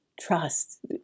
trust